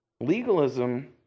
Legalism